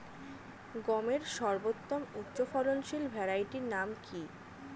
গমের সর্বোত্তম উচ্চফলনশীল ভ্যারাইটি নাম কি?